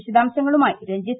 വിശദാംശങ്ങളുമായി രഞ്ജിത്ത്